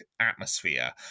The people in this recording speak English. atmosphere